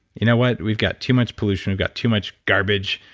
you know what? we've got too much pollution, we've got too much garbage.